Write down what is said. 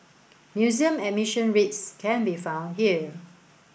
museum admission rates can be found here